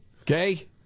Okay